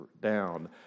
down